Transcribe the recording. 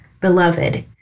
beloved